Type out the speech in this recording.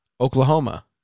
Oklahoma